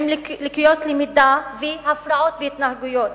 עם לקויות למידה והפרעות התנהגות.